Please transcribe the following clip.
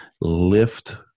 lift